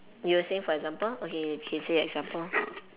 you were saying for example okay you can say the example